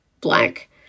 blank